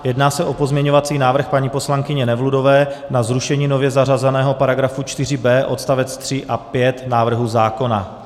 Jedná se o pozměňovací návrh paní poslankyně Nevludové na zrušení nově zařazeného § 4b odst. 3 a 5 návrhu zákona.